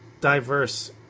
diverse